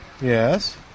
Yes